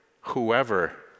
whoever